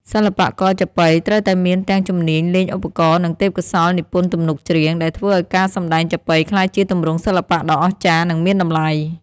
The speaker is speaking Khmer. សិល្បករចាប៉ីត្រូវតែមានទាំងជំនាញលេងឧបករណ៍ និងទេពកោសល្យនិពន្ធទំនុកច្រៀង ដែលធ្វើឱ្យការសម្ដែងចាប៉ីក្លាយជាទម្រង់សិល្បៈដ៏អស្ចារ្យ និងមានតម្លៃ។